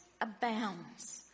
abounds